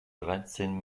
dreizehn